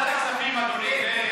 ועדת הכספים, אדוני.